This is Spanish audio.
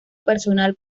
personal